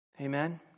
Amen